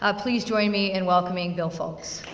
ah please join me in welcoming bill foulkes.